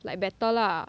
like better lah